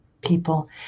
people